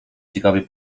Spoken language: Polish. ciekawie